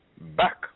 back